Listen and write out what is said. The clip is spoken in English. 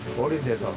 what is this?